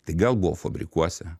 tai gal buvo fabrikuose